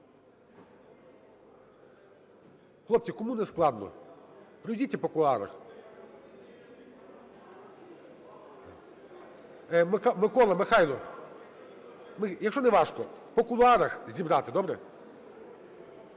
Хлопці, кому не складно, пройдіться по кулуарах. Микола, Михайло, якщо не важко – по кулуарах зібрати, добре?